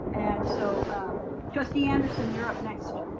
and so trustee anderson you're up next,